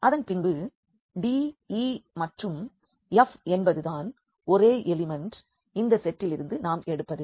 அதன் பின்பு d e மற்றும் f என்பது தான் ஒரே எலிமெண்ட் இந்த செட்டிலிருந்து நாம் எடுப்பது